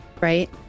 Right